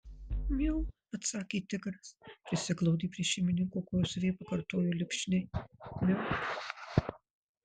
miau atsakė tigras prisiglaudė prie šeimininko kojos ir vėl pakartojo lipšniai miau